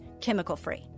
chemical-free